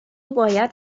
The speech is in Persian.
باید